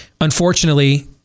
unfortunately